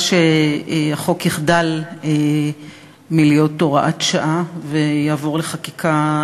החוק הזה מייצר מקומות עבודה בלואו-טק,